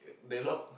the rock